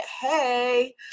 Hey